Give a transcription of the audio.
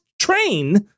train